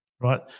right